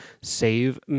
save